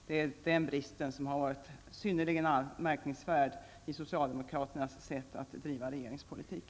Det är bristen på trygghet som har varit synnerligen anmärkningsvärd i socialdemokraternas sätt att driva regeringspolitik.